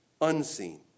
unseen